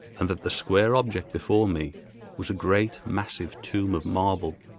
and that the square object before me was a great massive tomb of marble,